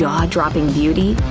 jaw-dropping beauty?